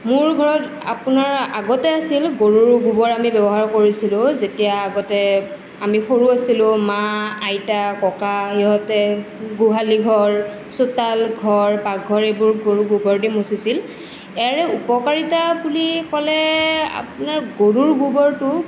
মোৰ ঘৰত আপোনাৰ আগতে আছিল গৰুৰ গোবৰ আমি ব্যৱহাৰ কৰিছিলোঁ যেতিয়া আগতে আমি সৰু আছিলোঁ মা আইতা ককা ইহঁতে গোহালিঘৰ চোতালঘৰ পাকঘৰ এইবোৰ গৰুৰ গোবৰ দি মোচিছিল ইয়াৰে উপকাৰিতা বুলি ক'লে আপোনাৰ গৰুৰ গোবৰটোৱে